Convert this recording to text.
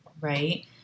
right